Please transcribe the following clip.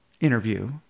interview